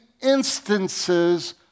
instances